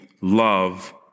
love